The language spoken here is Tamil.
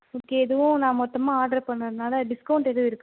ஓகே இதுவும் நான் மொத்தமாக ஆர்டர் பண்ணதுனால டிஸ்கவுண்ட் எதுவும் இருக்கா